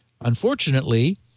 Unfortunately